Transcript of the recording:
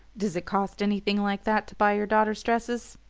does it cost anything like that to buy your daughter's dresses?